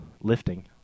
Lifting